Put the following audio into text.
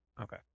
Okay